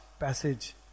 passage